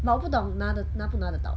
but 我不懂拿的拿不拿得到